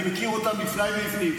אני מכיר אותם לפניי ולפנים.